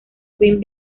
queen